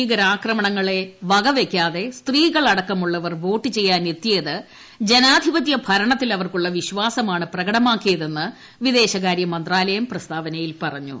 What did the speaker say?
ഭീകരാക്രമണങ്ങളെ വകവെയ്ക്കാതെ സ്ത്രീകൾ അടക്കമുള്ളവർ വോട്ട് ചെയ്യാനെത്തിയത് ജനാധിപത്യഭരണത്തിൽ അവർക്കുള്ള വിശ്വാസമാണ് പ്രകടമാക്കിയതെന്ന് വിദേശകാര്യ മന്ത്രാലയം പ്രസ്താവനയിൽ പറഞ്ഞു